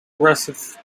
aggressive